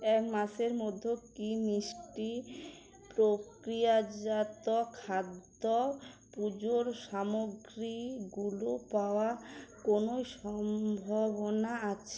এ মাসের মধ্য কি মিষ্টি প্রক্রিয়াজাত খাদ্য পুজোর সামগ্রীগুলো পাওয়া কোনও সম্ভবনা আছে